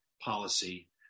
policy